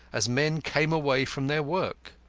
as men came away from their work.